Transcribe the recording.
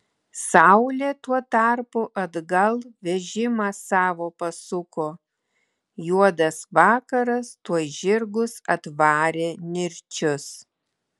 saulė tuo tarpu atgal vežimą savo pasuko juodas vakaras tuoj žirgus atvarė nirčius